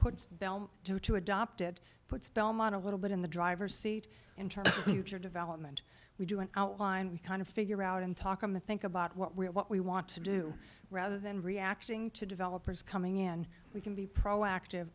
two to adopt it puts belmont a little bit in the driver's seat in terms of development we do an outline we kind of figure out and talk on the think about what we're what we want to do rather than reacting to developers coming in we can be proactive